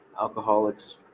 alcoholics